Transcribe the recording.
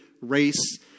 race